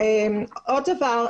עוד דבר.